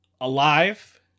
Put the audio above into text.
alive